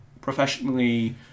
professionally